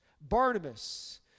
Barnabas